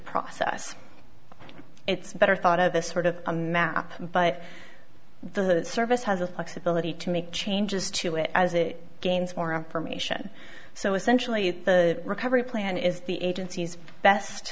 process it's better thought of this sort of a map but the service has a thinks ability to make changes to it as it gains more information so essentially the recovery plan is the agency's best